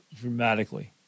dramatically